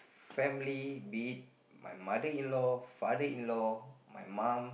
family be it my mother in law father in law my mum